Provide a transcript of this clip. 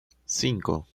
cinco